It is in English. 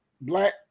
black